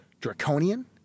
draconian